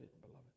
beloved